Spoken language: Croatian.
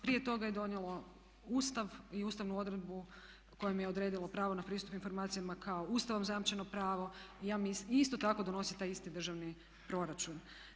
Prije toga je donijelo Ustav i ustavnu odredbu kojom je odredilo pravo na pristup informacijama kao Ustavom zajamčeno pravo i isto tako donosi taj isti državni proračun.